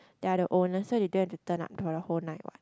they are the owners so they don't have to turn up for the whole night what